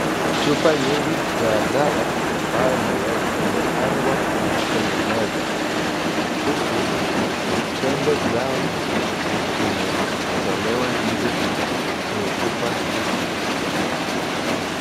Chupa nyingi za dawa ambayo imewekwa imepangwa kwenye meza, huku tembe zao zimetolewa nje kwenye chupa hizi.